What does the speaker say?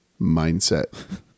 mindset